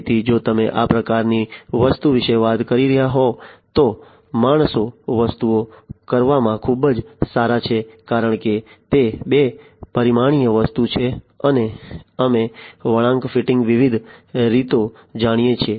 તેથી જો તમે આ પ્રકારની વસ્તુ વિશે વાત કરી રહ્યા હોવ તો માણસો વસ્તુઓ કરવામાં ખૂબ જ સારા છે કારણ કે તે 2 પરિમાણીય વસ્તુ છે અને અમે વળાંક ફિટિંગની વિવિધ રીતો જાણીએ છીએ